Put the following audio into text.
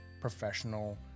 professional